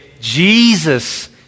Jesus